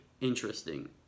interesting